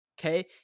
okay